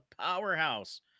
powerhouse